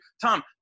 Tom